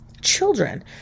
children